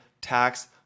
tax